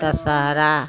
Dussehra